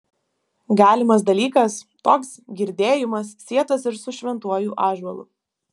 galimas dalykas toks girdėjimas sietas ir su šventuoju ąžuolu